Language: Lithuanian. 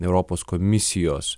europos komisijos